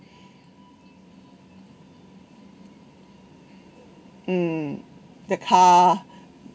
mm the car